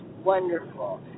Wonderful